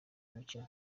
umukino